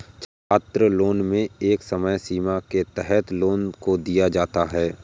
छात्रलोन में एक समय सीमा के तहत लोन को दिया जाता है